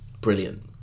Brilliant